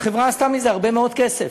החברה עשתה מזה הרבה מאוד כסף.